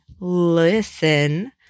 Listen